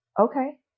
Okay